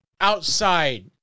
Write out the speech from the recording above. outside